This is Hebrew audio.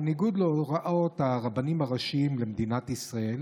בניגוד להוראות הרבנים הראשיים למדינת ישראל,